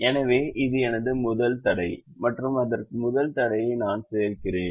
எனவே இது எனது முதல் தடை மற்றும் அதற்கு முதல் தடையை நான் சேர்க்கிறேன்